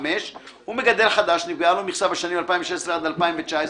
הוא מגדל חדש שנקבעה לו מכסה בשנים 2016 עד 2019,